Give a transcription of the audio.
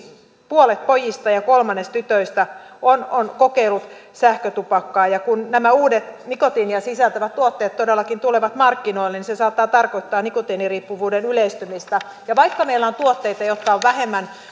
puolet pojista ja ja kolmannes tytöistä on on kokeillut sähkötupakkaa ja ja kun nämä uudet nikotiinia sisältävät tuotteet tulevat markkinoille niin se saattaa tarkoittaa nikotiiniriippuvuuden yleistymistä vaikka meillä on tuotteita jotka ovat vähemmän